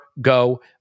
go